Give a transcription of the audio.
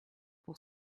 pour